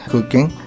cooking,